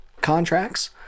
contracts